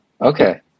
okay